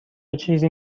چیزی